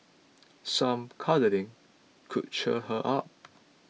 some cuddling could cheer her up